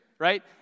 right